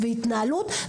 יש קבוצה שנייה רגע,